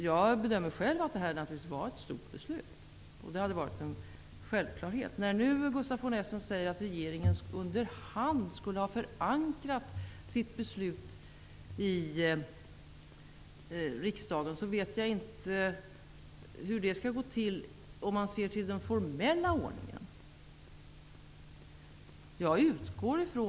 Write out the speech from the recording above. Jag bedömer själv att detta naturligtvis var ett stort beslut. Gustaf von Essen säger att regeringen under hand skulle ha förankrat sitt beslut i riksdagen. Jag vet inte hur detta skulle ha gått till, om man ser till den formella ordningen.